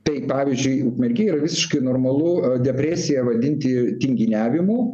tai pavyzdžiui ukmergėj yra visiškai normalu depresiją vadinti tinginiavimu